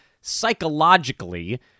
psychologically